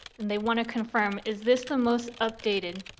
and they wanna confirm, is this the most updated?